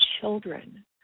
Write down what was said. children